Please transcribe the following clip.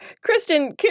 Kristen